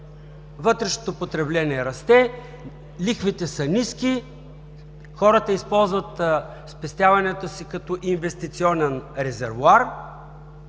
вътрешното потребление расте, лихвите са ниски, хората използват спестяванията си като инвестиционен резервоар